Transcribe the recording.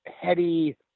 heady